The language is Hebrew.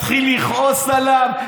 מתחיל לכעוס עליו,